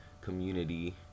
community